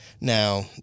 Now